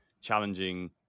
challenging